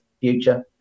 future